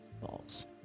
Balls